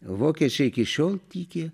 vokiečiai iki šiol tiki